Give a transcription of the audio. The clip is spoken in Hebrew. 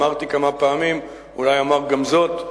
אמרתי כמה פעמים, ואולי אומר גם זאת: